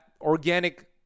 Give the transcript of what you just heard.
organic